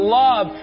love